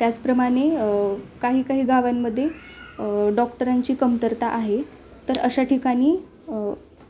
त्याचप्रमाणे काही काही गावांमध्ये डॉक्टरांची कमतरता आहे तर अशा ठिकाणी